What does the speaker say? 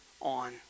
on